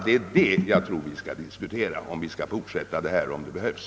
Det är detta jag tror att vi skall diskutera, om vi skall behöva fortsätta debatten.